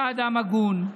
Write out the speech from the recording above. אתה אדם הגון.